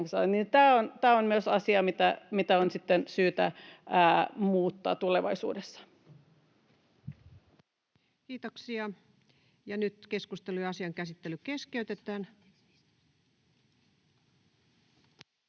Tämä on myös asia, mitä on sitten syytä muuttaa tulevaisuudessa. Kiitoksia. — Ja nyt keskustelu ja asian käsittely keskeytetään.